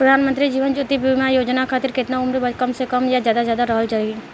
प्रधानमंत्री जीवन ज्योती बीमा योजना खातिर केतना उम्र कम से कम आ ज्यादा से ज्यादा रहल चाहि?